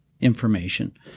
information